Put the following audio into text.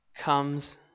comes